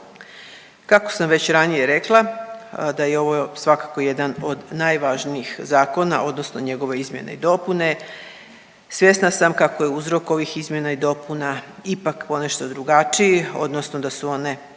Kako sam već ranije rekla da je ovo svakako jedan od najvažnijih zakona, odnosno njegove izmjene i dopune svjesna sam kako je uzrok ovih izmjena i dopuna ipak ponešto drugačiji, odnosno da su one